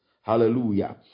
Hallelujah